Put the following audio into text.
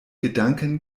gedanken